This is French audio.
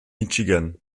michigan